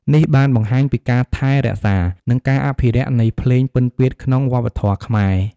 នេះបានបង្ហាញពីការថែរក្សា និងការអភិរក្សនៃភ្លេងពិណពាទ្យក្នុងវប្បធម៌ខ្មែរ។